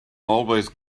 always